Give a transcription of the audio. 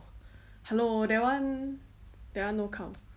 hello that one that one no count